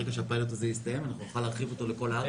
ברגע שהפיילוט הזה יסתיים נוכל להרחיב אותו לכל הארץ.